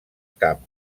camp